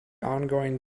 ongoing